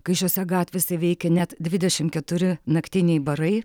kai šiose gatvėse veikė net dvidešimt keturi naktiniai barai